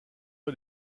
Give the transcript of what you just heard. est